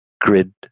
grid